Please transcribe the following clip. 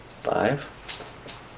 five